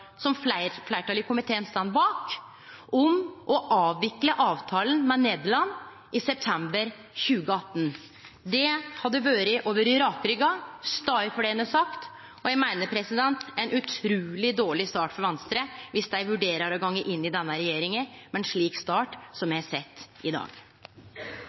forslag, som fleirtalet i komiteen står bak, om å avvikle avtala med Nederland i september 2018. Det hadde vore å vere rakrygga og stå for det ein har sagt, og eg meiner det er ein utruleg dårleg start for Venstre viss dei vurderer å gå inn i denne regjeringa med ein slik start som me har sett i dag.